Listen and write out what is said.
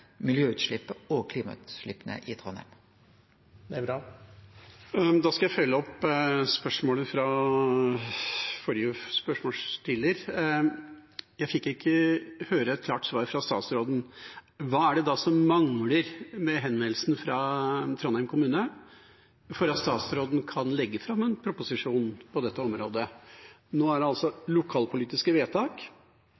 og klimautsleppa i Trondheim. Da skal jeg følge opp spørsmålet fra forrige spørsmålsstiller, jeg fikk ikke høre et klart svar fra statsråden. Hva er det da som mangler med henvendelsen fra Trondheim kommune for at statsråden kan legge fram en proposisjon på dette området? Nå er det altså